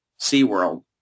SeaWorld